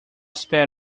sped